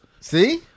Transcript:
See